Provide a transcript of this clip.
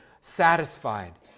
satisfied